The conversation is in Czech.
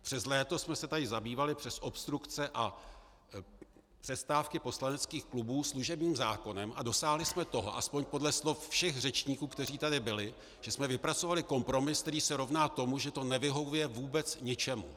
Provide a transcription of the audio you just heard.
Přes léto jsme se tady zabývali přes obstrukce a přestávky poslaneckých klubů služebním zákonem a dosáhli jsme toho, aspoň podle slov všech řečníků, kteří tady byli, že jsme vypracovali kompromis, který se rovná tomu, že to nevyhovuje vůbec ničemu.